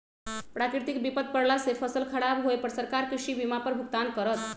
प्राकृतिक विपत परला से फसल खराब होय पर सरकार कृषि बीमा पर भुगतान करत